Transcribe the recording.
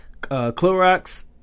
Clorox